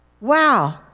Wow